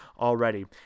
already